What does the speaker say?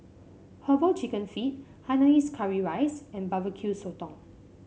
herbal chicken feet Hainanese Curry Rice and Barbecue Sotong